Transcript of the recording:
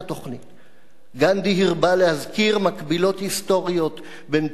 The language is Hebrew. גנדי הרבה להזכיר מקבילות היסטוריות בין טורקיה ויוון,